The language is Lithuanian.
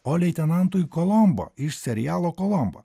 o leitenantui kolombo iš serialo kolombo